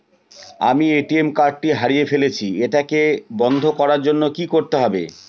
আমি ATM card টি হারিয়ে ফেলেছি এটাকে বন্ধ করার জন্য কি করতে হবে?